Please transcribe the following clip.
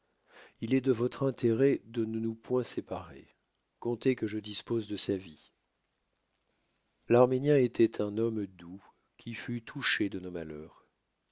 il est de votre intérêt de ne nous point séparer comptez que je dispose de sa vie l'arménien était un homme doux qui fut touché de nos malheurs